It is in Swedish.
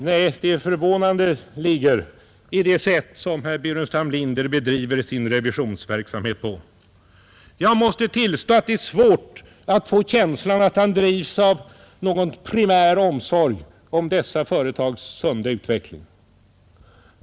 Nej, det förvånande ligger i det sätt på vilket herr Burenstam Linder bedriver sin revisionsverksamhet. Jag måste tillstå att det är svårt att få känslan av att han drivs av någon primär omsorg om dessa företags sunda utveckling.